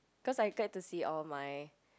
cause I get to see all my